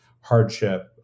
hardship